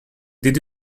did